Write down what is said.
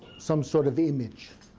some sort of image.